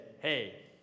hey